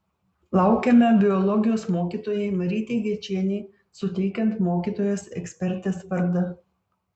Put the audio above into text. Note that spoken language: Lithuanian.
laukiame biologijos mokytojai marytei gečienei suteikiant mokytojos ekspertės vardą